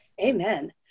Amen